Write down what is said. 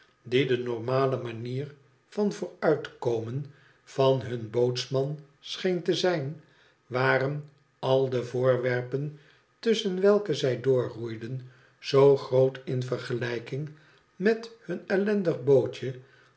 die de normale manier van vooruitkomen van hun bootsman scheen te zijn waren al de voorwerpen tusschen welke zij doorroeiden zoo groot in vergelijking met hun ellendig bootje